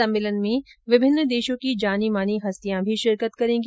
सम्मेलन में विभिन्न देशों की जानी मानी हस्तियां शिरकत करेंगी